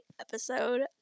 episode